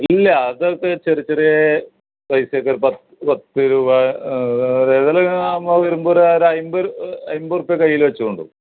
ഇല്ല അതൊക്കെ ചെറിയ ചെറിയ പൈസ ഒക്കെ പത്ത് രൂപ ഒരു ഏതായാലും നിങ്ങൾ വരുമ്പോൾ ഒരു അമ്പത് അമ്പത് റുപ്പ്യ കയ്യിൽ വെച്ചോണ്ട്